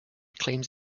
claims